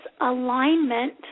alignment